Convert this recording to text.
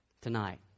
tonight